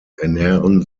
ernähren